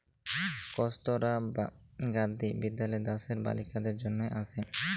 কস্তুরবা গান্ধী বিদ্যালয় দ্যাশের বালিকাদের জনহে আসে